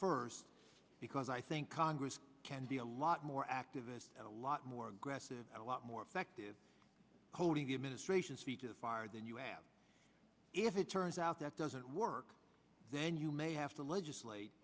first because i think congress can be a lot more activist and a lot more aggressive a lot more effective holding the administration's feet to the fire than you have if it turns out that doesn't work then you may have to legislate